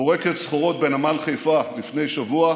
פורקת סחורות בנמל חיפה, לפני שבוע,